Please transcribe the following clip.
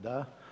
Da.